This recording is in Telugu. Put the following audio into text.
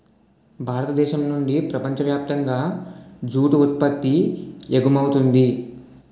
భారతదేశం నుండి ప్రపంచ వ్యాప్తంగా జూటు ఉత్పత్తి ఎగుమవుతుంది